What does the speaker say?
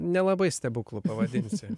nelabai stebuklu pavadinsi